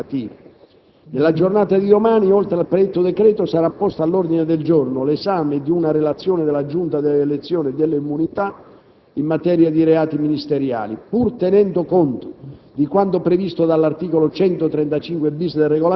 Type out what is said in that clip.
del decreto-legge recante proroga di termini legislativi. Nella giornata di domani, oltre al predetto decreto, sarà posto all'ordine del giorno l'esame di una relazione della Giunta delle elezioni e delle immunità parlamentari in materia di reati ministeriali. Pur tenendo conto